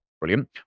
brilliant